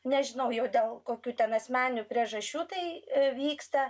nežinau jau dėl kokių ten asmeninių priežasčių tai vyksta